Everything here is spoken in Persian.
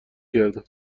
کردم